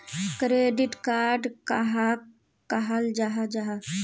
Credit card कहाक कहाल जाहा जाहा?